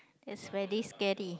that's very scary